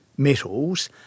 metals